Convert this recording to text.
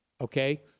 Okay